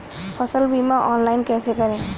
फसल बीमा ऑनलाइन कैसे करें?